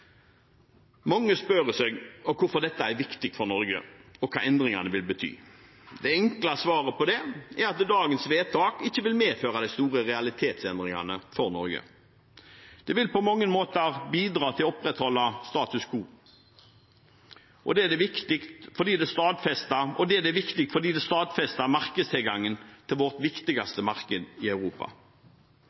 Mange spør seg om hvorfor dette er viktig for Norge, og hva endringene vil bety. Det enkle svaret på det er at dagens vedtak ikke vil medføre de store realitetsendringene for Norge. Det vil på mange måter bidra til å opprettholde status quo. Det er viktig, for det stadfester markedstilgangen til vårt viktigste marked i Europa.